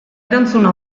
erantzuna